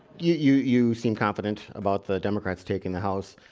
you you seem confident about the democrats taking the house